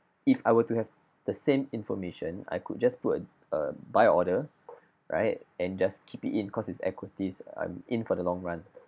if I were to have the same information I could just put a a buy order right and just keep it in because it's equities I'm in for the long run